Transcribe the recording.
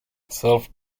self